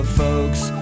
folks